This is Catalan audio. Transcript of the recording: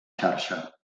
xarxa